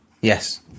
Yes